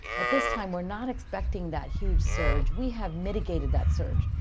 at this time, we're not expecting that huge surge. we have mitigated that surge.